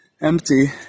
empty